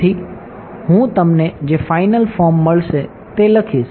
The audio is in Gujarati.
તેથી હું તમને જે ફાઇનલ ફોર્મ મળશે તે લખીશ